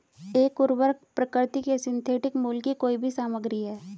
एक उर्वरक प्राकृतिक या सिंथेटिक मूल की कोई भी सामग्री है